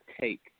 take